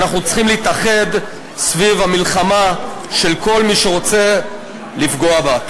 ואנחנו צריכים להתאחד סביב המלחמה בכל מי שרוצה לפגוע בה.